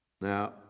Now